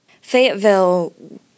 Fayetteville